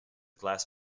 glass